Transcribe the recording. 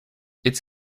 its